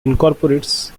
incorporates